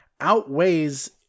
outweighs